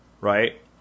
right